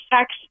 sex